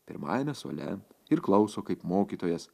pirmajame suole ir klauso kaip mokytojas